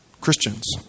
Christians